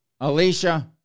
Alicia